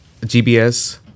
GBS